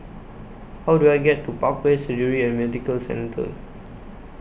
How Do I get to Parkway Surgery and Medical Centre